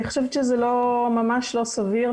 אני חושבת שזה ממש לא סביר,